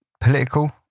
political